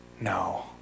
No